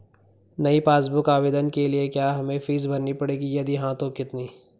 नयी passbook book आवेदन के लिए क्या हमें फीस भरनी पड़ेगी यदि हाँ तो कितनी?